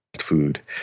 food